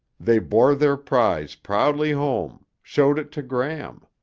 they bore their prize proudly home, showed it to gram.